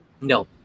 No